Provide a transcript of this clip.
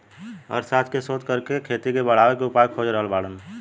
अर्थशास्त्र के शोध करके खेती के बढ़ावे के उपाय खोज रहल बाड़न